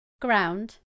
ground